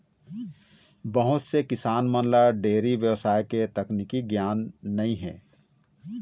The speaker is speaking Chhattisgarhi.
बहुत से किसान मन ल डेयरी बेवसाय के तकनीकी गियान नइ हे